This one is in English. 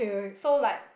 so like